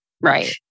Right